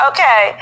Okay